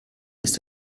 ist